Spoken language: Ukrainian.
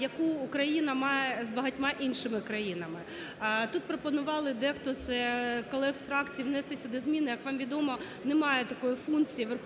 яку Україна має з багатьма іншими країнами. Тут пропонували дехто з колег з фракцій внести сюди зміни. Як вам відомо, немає такої функції Верховної Ради